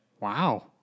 Wow